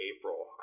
April